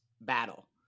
battle